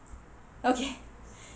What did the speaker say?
okay